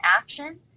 action